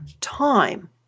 time